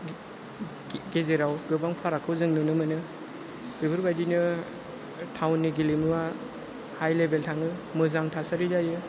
गेजेराव गोबां फारागखौ जों नुनो मोनो बेफोरबायदिनो टाउननि गेलेमुवा हाइ लेभेल थाङो मोजां थासारि जायो